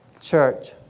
church